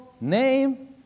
name